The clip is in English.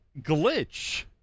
glitch